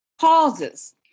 causes